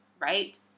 right